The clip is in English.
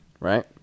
Right